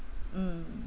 mm